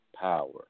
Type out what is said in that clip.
power